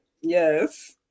Yes